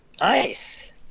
Nice